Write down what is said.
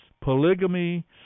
polygamy